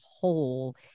whole